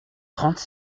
trente